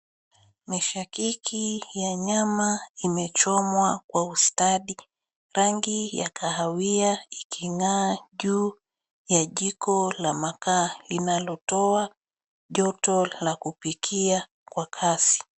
Mishakiki ya nyama imechomwa kwa ustadi, rangi ya kahawia iking'aa juu ya jiko la makaa linalotoa joto la kupikia kwa kasi.